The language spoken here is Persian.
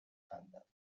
خندد